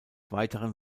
weiteren